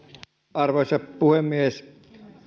arvoisa puhemies